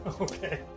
Okay